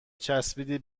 چسبیدی